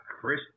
Chris